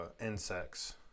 insects